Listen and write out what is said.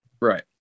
Right